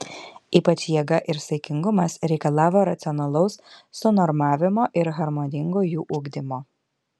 ypač jėga ir saikingumas reikalavo racionalaus sunormavimo ir harmoningo jų ugdymo